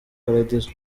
paradizo